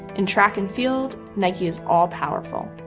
in track and field, nike is all powerful.